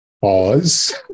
Pause